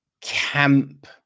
camp